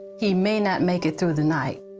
he may not make it through the night.